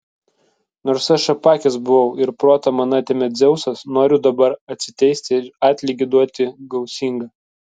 nors aš apakęs buvau ir protą man atėmė dzeusas noriu dabar atsiteisti ir atlygį duoti gausingą